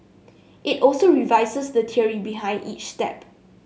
it also revises the theory behind each step